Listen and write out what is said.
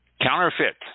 counterfeit